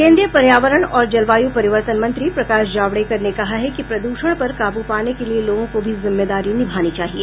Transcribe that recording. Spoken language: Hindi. केन्द्रीय पर्यावरण और जलवायू परिवर्तन मंत्री प्रकाश जावड़ेकर ने कहा है कि प्रदूषण पर काबू पाने के लिए लोगों को भी जिम्मेदारी निभानी चाहिए